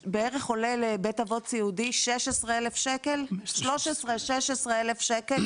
--- בית אבות סיעודי עולה בערך 13-16 אלף שקל,